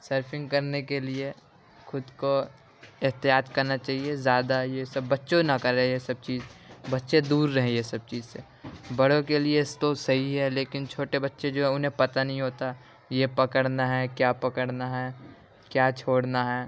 surfing کرنے کے لیے خود کو احتیاط کرنا چاہیے زیادہ یہ سب بچوں نہ کریں یہ سب چیز بچے دور رہیں یہ سب چیز سے بڑوں کے لیے تو صحیح ہے لیکن چھوٹے بچے جو ہیں انہیں پتہ نہیں ہوتا یہ پکڑنا ہے کیا پکڑنا ہے کیا چھوڑنا ہے